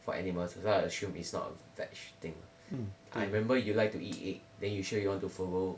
for animals that's why I assume is not veg thing I remember you like to eat egg then you sure you want to follow